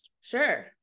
Sure